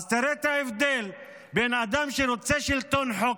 אז תראה את ההבדל בין אדם שרוצה שלטון חוק,